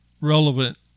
relevant